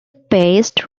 pest